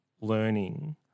learning